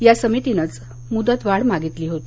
या समितीनंच मुदतवाढ मागितली होती